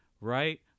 right